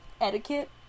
etiquette